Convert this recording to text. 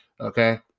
Okay